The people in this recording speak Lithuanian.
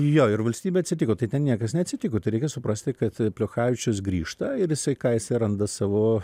jo ir valstybė atsitiko tai ten niekas neatsitiko tai reikia suprasti kad plechavičius grįžta ir jisai ką jisai randa savo